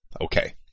Okay